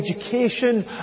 education